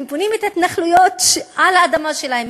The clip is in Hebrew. הם בונים את ההתנחלויות על האדמה שלהם,